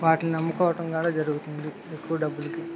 వాటిని అమ్ముకోవడం కూడా జరుగుతుంది ఎక్కువ డబ్బులకి